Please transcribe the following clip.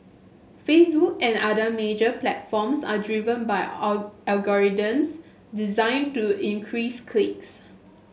Facebook and other major platforms are driven by algorithms designed to increase clicks